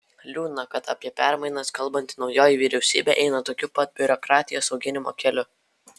liūdna kad apie permainas kalbanti naujoji vyriausybė eina tokiu pat biurokratijos auginimo keliu